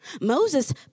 Moses